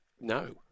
No